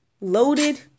loaded